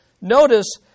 notice